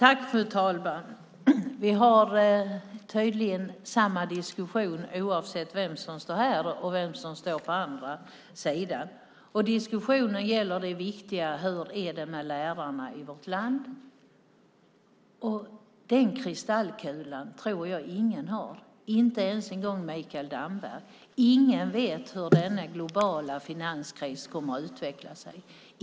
Fru talman! Det blir tydligen samma diskussion oavsett vem som står här och vem som står på andra sidan. Diskussionen gäller det viktiga: Hur är det med lärarna i vårt land? Och den kristallkulan tror jag ingen har, inte ens en gång Mikael Damberg. Ingen vet hur denna globala finanskris kommer att utveckla sig.